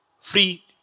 free